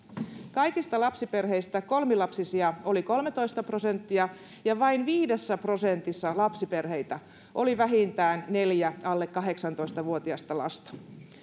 kaikista lapsiperheistä kolmilapsisia oli kolmetoista prosenttia ja vain viidessä prosentissa lapsiperheistä oli vähintään neljä alle kahdeksantoista vuotiasta lasta